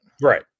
Right